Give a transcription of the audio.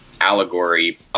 allegory